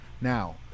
Now